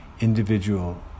individual